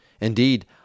Indeed